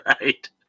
Right